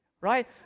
right